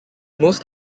most